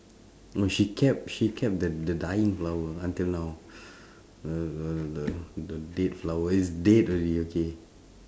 when she kept she kept the the dying flower until now uh the the dead flower is dead already okay